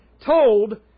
told